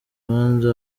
urubanza